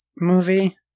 movie